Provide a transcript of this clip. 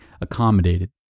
accommodated